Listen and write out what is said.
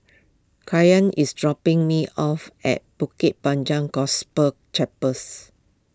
Kyan is dropping me off at Bukit Panjang Gospel Chapels